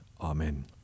Amen